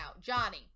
Johnny